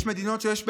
יש מדינות שיש בהן,